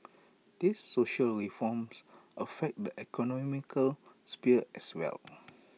these social reforms affect the economic sphere as well